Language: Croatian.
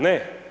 Ne.